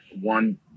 one